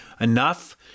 enough